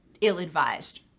ill-advised